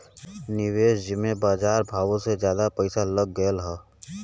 निवेस जिम्मे बजार भावो से जादा पइसा लग गएल हौ